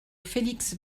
felix